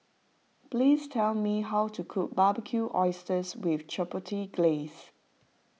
please tell me how to cook Barbecued Oysters with Chipotle Glaze